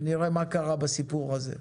ונראה מה קרה בסיפור הזה.